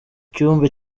cyumba